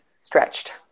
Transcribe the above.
stretched